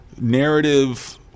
narrative